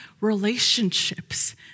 relationships